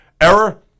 error